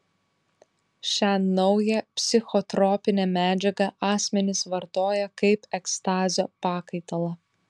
šią naują psichotropinę medžiagą asmenys vartoja kaip ekstazio pakaitalą